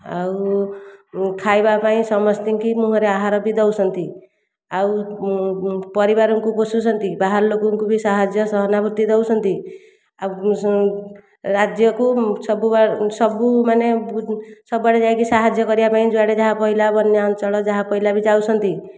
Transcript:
ଆଉ ଖାଇବା ପାଇଁ ସମସ୍ତଙ୍କ ମୁହଁରେ ଆହାର ବି ଦେଉଛନ୍ତି ଆଉ ପରିବାରଙ୍କୁ ପୋଷୁଛନ୍ତି ବାହାର ଲୋକଙ୍କୁ ବି ସାହାଯ୍ୟ ସହାନୁଭୂତି ଦେଉଛନ୍ତି ଆଉ ରାଜ୍ୟକୁ ସବୁ ସବୁ ମାନେ ସବୁଆଡ଼େ ଯାଇକି ସାହାଯ୍ୟ କରିବା ପାଇଁ ଯୁଆଡ଼େ ଯାହା ପାଇଲା ବନ୍ୟା ଅଞ୍ଚଳ ଯାହା ପାଇଲା ବି ଯାଉଛନ୍ତି